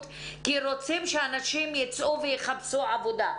כי אנחנו רוצים שאנשים יצאו לחפש עבודה.